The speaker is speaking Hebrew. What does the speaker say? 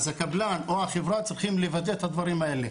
אז הקבלן או החברה צריכים לוודא את הדברים האלה.